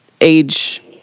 age